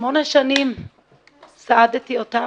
שמונה שנים סעדתי אותה